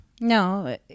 No